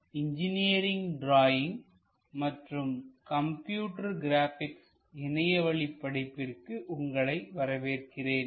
NPTEL லின் engineering drawing மற்றும் computer graphics இணையவழி படிப்பிற்கு உங்களை வரவேற்கிறேன்